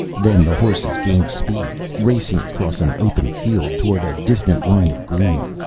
then the horses gained speed, racing across an open field, toward a distant line of green,